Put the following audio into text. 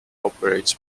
operates